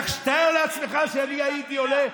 תאר לעצמך שאני הייתי הולך,